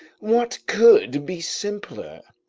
what could be simpler?